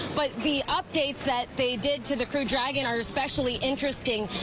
but the updates that they did to the crew dragon are especially interesting.